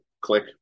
Click